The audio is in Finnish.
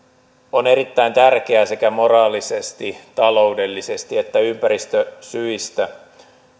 on erittäin tärkeää sekä moraalisesti taloudellisesti että ympäristösyistä